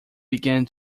began